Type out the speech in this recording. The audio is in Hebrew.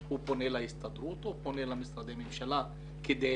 הוא פונה להסתדרות או למשרדי הממשלה כדי